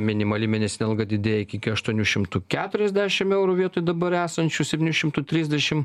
minimali mėnesinė alga didėja iki aštuonių šimtų keturiasdešim eurų vietoj dabar esančių septynių šimtų trisdešim